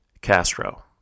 Castro